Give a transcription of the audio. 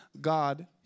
God